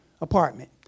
apartment